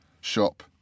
shop